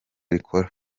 rikora